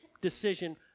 decision